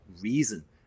reason